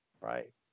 Right